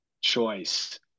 choice